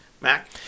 Mac